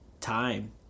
time